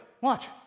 watch